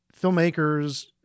filmmakers